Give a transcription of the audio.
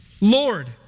Lord